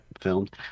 filmed